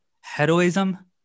heroism